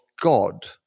God